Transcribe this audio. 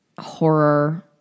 horror